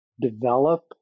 develop